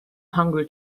hungry